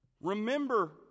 Remember